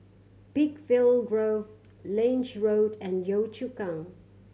Peakville Grove Lange Road and Yio Chu Kang